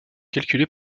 calculée